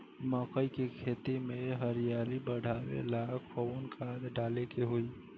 मकई के खेती में हरियाली बढ़ावेला कवन खाद डाले के होई?